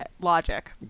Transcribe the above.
logic